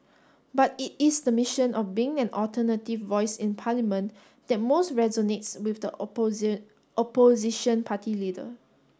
but it is the mission of being an alternative voice in Parliament that most resonates with the opposition party leader